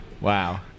Wow